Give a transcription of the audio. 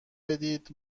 بدید